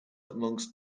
amongst